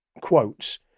quotes